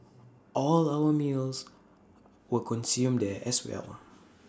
all our meals were consumed there as well